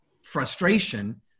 frustration